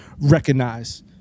recognize